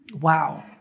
wow